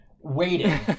waiting